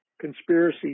conspiracy